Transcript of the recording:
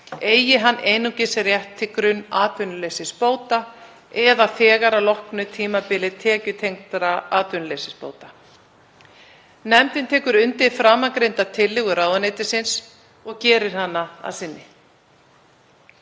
eigi hann einungis rétt til grunnatvinnuleysisbóta eða þegar að loknu tímabili tekjutengdra atvinnuleysisbóta. Nefndin tekur undir framangreinda tillögu ráðuneytisins og gerir hana að sinni.